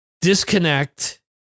disconnect